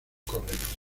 correcta